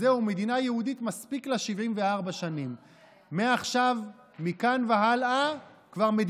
שר אוצר שהיה חתום על כמות צווים להעלאת מיסים גדולה כל כך".